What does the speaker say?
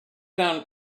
down